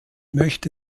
möchte